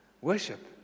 Worship